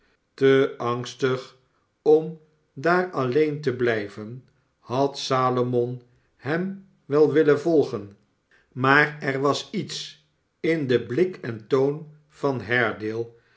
te angstig om daar alleen te blijven had salomon hem wel willen volgen maar er was iets in den blik en toon van